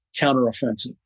counteroffensive